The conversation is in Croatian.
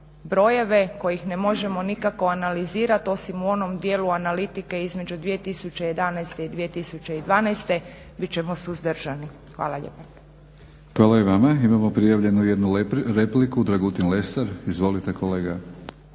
brojeve kojih ne možemo nikako analizirati osim u onom dijelu analitike između 2011. i 2012. bit ćemo suzdržani. Hvala lijepa. **Batinić, Milorad (HNS)** Hvala i vama. Imamo prijavljenu jednu repliku, Dragutin Lesar. Izvolite kolega.